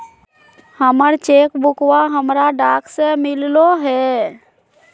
हमर चेक बुकवा हमरा डाक से मिललो हे